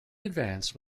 advance